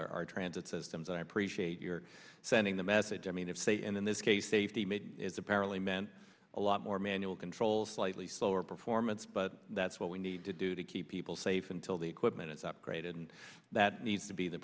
with our transit systems and i appreciate you're sending the message i mean if they and in this case safety made it's apparently meant a lot more manual control slightly slower performance but that's what we need to do to keep people safe until the equipment is upgraded and that needs to be the